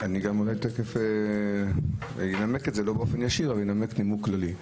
אני אנמק את זה לא באופן ישיר אבל אני אנמק נימוק כללי: